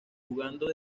jugando